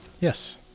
Yes